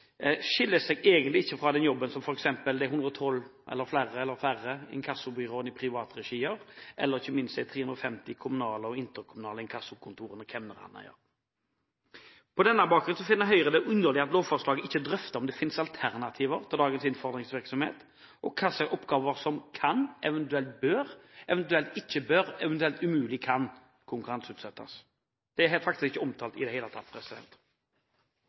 skiller seg egentlig ikke fra den jobben som f.eks. de 112 – eller flere eller færre – inkassobyråene i privat regi gjør, eller ikke minst de 350 kommunale og interkommunale inkassokontorer, kemnerne, gjør. På denne bakgrunn finner Høyre det underlig at lovforslaget ikke drøfter om det finnes alternativer til dagens innfordringsvirksomhet og hvilke oppgaver som kan, eventuelt bør, eventuelt ikke bør, eventuelt umulig kan konkurranseutsettes. Det er ikke omtalt i det hele tatt.